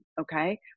okay